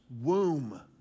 womb